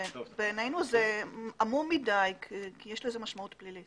בעינינו זה עמום מדי כי יש לזה משמעות פלילית.